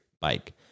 bike